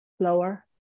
slower